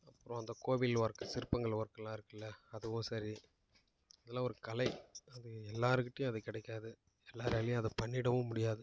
அப்புறோம் அந்த கோவில் ஒர்க் சிற்பங்கள் ஒர்க்குலாம் இருக்குல்ல அதுவும் சரி இதெலாம் ஒரு கலை அது எல்லாருக்கிட்டையும் அது கிடைக்காது எல்லாராலையும் அதை பண்ணிவிடவும் முடியாது